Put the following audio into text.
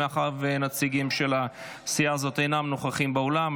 מאחר שהנציגים של הסיעה הזאת אינם נוכחים באולם,